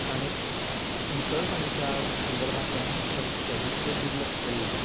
ताणें नितळसाणेच्या संदर्भांतल्यान ते कॅबीचेर दुर्लक्ष केल्लें